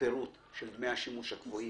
הפירוט של דמי השימוש הקבועים?